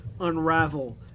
unravel